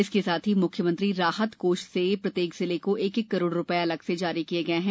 इसके साथ ही म्ख्यमंत्री राहत कोष से प्रत्येक जिले को एक एक करोड़ रूपये अलग से जारी किये गये हैं